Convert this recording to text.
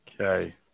Okay